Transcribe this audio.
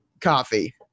Coffee